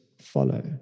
follow